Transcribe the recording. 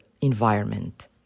environment